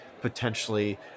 potentially